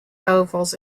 ovals